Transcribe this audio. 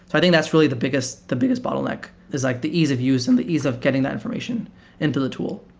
i think that's really the biggest the biggest bottleneck, is like the ease of use and the ease of getting that information into the tool.